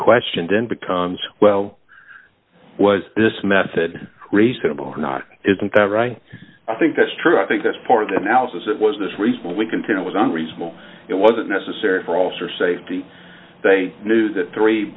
question then becomes well was this method reasonable or not isn't that right i think that's true i think that's part of the analysis it was this reason we continue was unreasonable it wasn't necessary for all sorts safety they knew that three